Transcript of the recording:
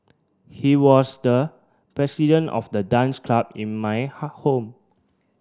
he was the president of the dance club in my home